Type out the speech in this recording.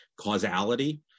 causality